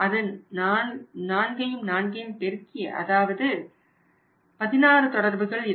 அது 4x4 அதாவது 16 தொடர்புகள் இருக்கும்